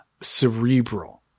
cerebral